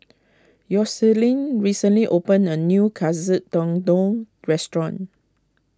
Yoselin recently opened a new Katsu Tendon restaurant